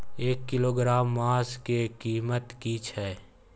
एक किलोग्राम मांस के कीमत की छै?